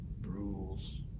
rules